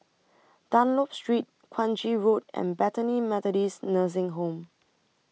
Dunlop Street Kranji Road and Bethany Methodist Nursing Home